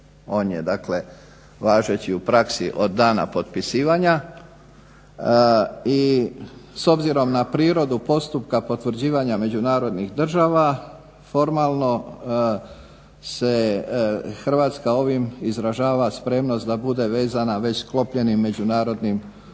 on je dakle važeći u praksi od dana potpisivanja i s obzirom na prirodu postupka potvrđivanja međunarodnih država, formalno se Hrvatska ovim izražava spremnost da bude vezana već sklopljenim međunarodnim ugovorom